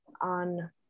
on